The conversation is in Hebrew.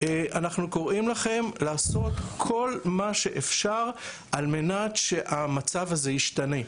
קוראים לכם לעשות כל מה שאפשר על מנת שהמצב הזה ישתנה.